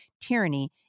tyranny